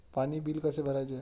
पाणी बिल कसे भरायचे?